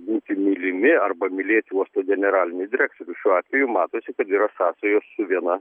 būti mylimi arba mylėti uosto generalinį direktorių šiuo atveju matosi kad yra sąsajos su viena